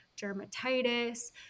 dermatitis